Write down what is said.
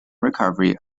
recovery